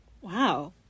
Wow